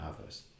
others